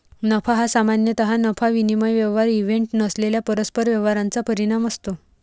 नफा हा सामान्यतः नफा विनिमय व्यवहार इव्हेंट नसलेल्या परस्पर व्यवहारांचा परिणाम असतो